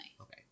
Okay